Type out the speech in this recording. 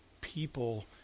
people